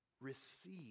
receive